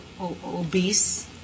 obese